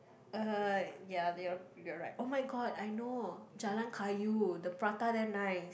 uh ya you're you're right oh-my-god I know Jalan-Kayu the prata there nice